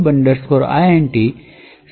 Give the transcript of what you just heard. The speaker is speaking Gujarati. સાચા સરનામાંનો નિર્દેશક છે